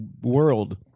world